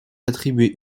attribuée